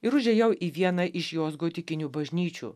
ir užėjau į vieną iš jos gotikinių bažnyčių